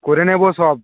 করে নেব সব